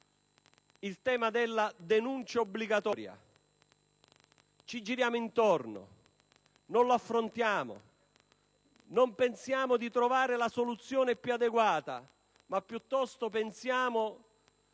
al tema della denuncia obbligatoria, al quale giriamo intorno, senza affrontarlo, perché non tentiamo di trovare la soluzione più adeguata, ma piuttosto pensiamo